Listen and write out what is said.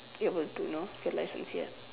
able to know get license yet